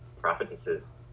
Prophetesses